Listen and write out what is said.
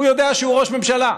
הוא יודע שהוא ראש ממשלה.